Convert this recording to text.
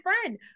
friend